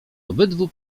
obydwu